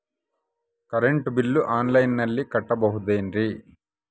Current bill ಆನ್ಲೈನಿನಲ್ಲಿ ಕಟ್ಟಬಹುದು ಏನ್ರಿ?